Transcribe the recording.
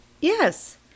Yes